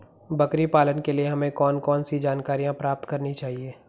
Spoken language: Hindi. बकरी पालन के लिए हमें कौन कौन सी जानकारियां प्राप्त करनी चाहिए?